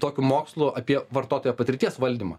tokiu mokslu apie vartotojo patirties valdymą